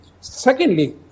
secondly